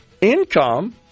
income